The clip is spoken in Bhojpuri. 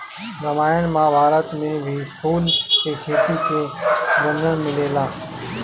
रामायण महाभारत में भी फूल के खेती के वर्णन मिलेला